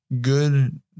good